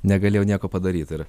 negalėjau nieko padaryt ir